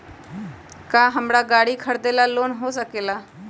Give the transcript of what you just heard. का हमरा गारी खरीदेला लोन होकेला?